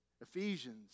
Ephesians